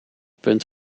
punt